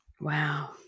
Wow